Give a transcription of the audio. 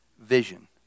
vision